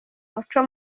muco